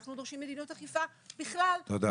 אנחנו דורשים מדיניות אכיפה בכלל --- תודה,